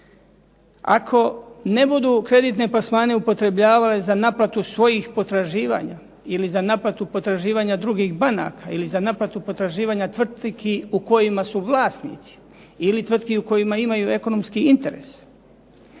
Ako ne budu kreditne plasmane upotrebljavale za naplatu svojih potraživanja ili za naplatu potraživanja drugih banaka ili za naplatu potraživanja tvrtki u kojima su vlasnici ili tvrtki u kojima imaju ekonomski interes.